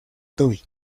toby